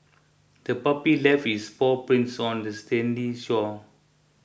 the puppy left its paw prints on the sandy shore